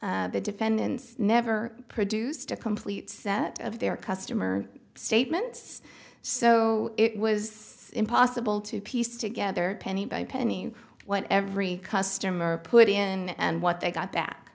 case the defendants never produced a complete set of their customer statements so it was impossible to piece together penny by penny what every customer put in and what they got